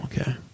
Okay